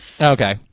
Okay